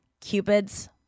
Cupid's